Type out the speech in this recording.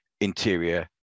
interior